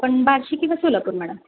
आपण बार्शी किंवा सोलापूर मॅडम